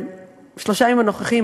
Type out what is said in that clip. בשלושת הימים הנוכחיים,